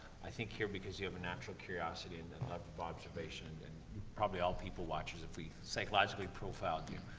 i think, here because you have a natural curiosity and a and love for observation, and and probably all people watchers if we psychologically profiled you.